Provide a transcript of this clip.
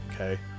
Okay